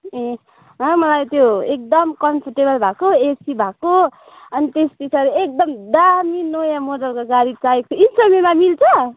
ए मलाई त्यो एकदम कम्फर्टेबल भएको एसी भएको अनि त्यस पछाडि एकदम दामी नयाँ मोडलको गाडी चाहिएको थियो इन्स्टलमेन्टमा मिल्छ